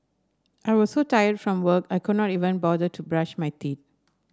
I was so tired from work I could not even bother to brush my teeth